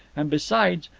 and besides,